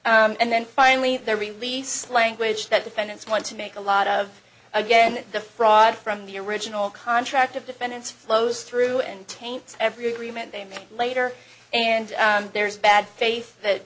and then finally they release language that defendants want to make a lot of again the fraud from the original contract of defendants flows through and taint every agreement they made later and there is bad faith that